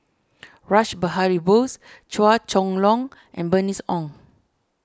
Rash Behari Bose Chua Chong Long and Bernice Ong